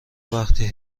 وقتی